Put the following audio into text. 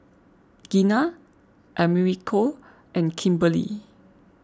Gina Americo and Kimberlee